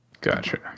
gotcha